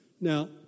Now